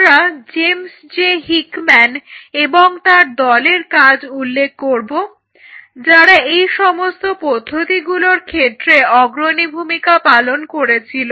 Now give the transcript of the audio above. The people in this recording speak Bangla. আমরা জেমস জে হিকম্যান এবং তার দলের কাজ উল্লেখ করব যারা এই সমস্ত পদ্ধতিগুলোর ক্ষেত্রে অগ্রণী ভূমিকা পালন করেছিল